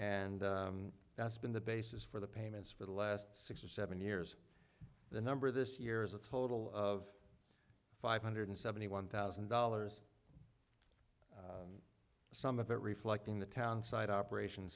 and that's been the basis for the payments for the last six or seven years the number this year is a total of five hundred seventy one thousand dollars some of it reflecting the townsite operation